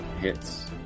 hits